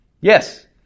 Yes